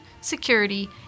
security